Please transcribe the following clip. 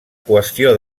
qüestió